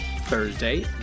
Thursday